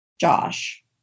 Josh